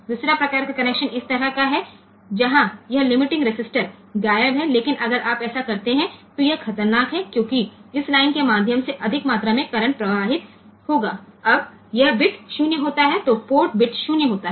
दूसरा प्रकार का कनेक्शन इस तरह का है जहां यह लिमिटिंग रेजिस्टेंस गायब है लेकिन अगर आप ऐसा करते हैं तो यह खतरनाक है क्योंकि इस लाइन के माध्यम से अधिक मात्रा में करंट प्रवाहित होगा जब यह बिट 0 होता है तो पोर्ट बिट 0 होता है